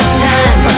time